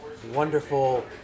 wonderful